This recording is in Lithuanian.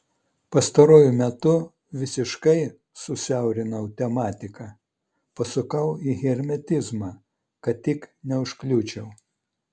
pastaruoju metu visiškai susiaurinau tematiką pasukau į hermetizmą kad tik neužkliūčiau